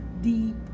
deep